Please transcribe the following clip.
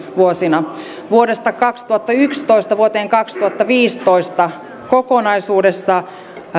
vuosina vuodesta kaksituhattayksitoista vuoteen kaksituhattaviisitoista kokonaisuudessaan